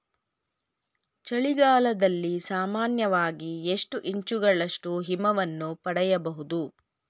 ಚಳಿಗಾಲದಲ್ಲಿ ಸಾಮಾನ್ಯವಾಗಿ ಎಷ್ಟು ಇಂಚುಗಳಷ್ಟು ಹಿಮವನ್ನು ಪಡೆಯಬಹುದು?